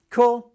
Cool